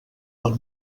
del